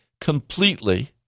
completely